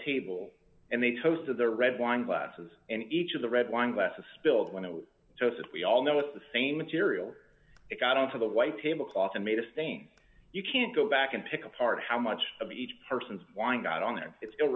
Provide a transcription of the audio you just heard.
table and they toasted the red wine glasses and each of the red wine glasses spilled when it was so sad we all know it's the same material it got out of the white tablecloth and made a stain you can't go back and pick apart how much of each person's why not only is it still